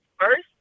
first